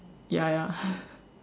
ya ya